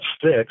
six